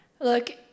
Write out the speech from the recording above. look